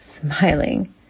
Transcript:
Smiling